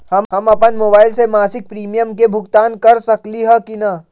हम अपन मोबाइल से मासिक प्रीमियम के भुगतान कर सकली ह की न?